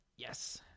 Yes